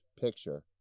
picture